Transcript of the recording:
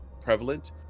prevalent